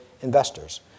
investors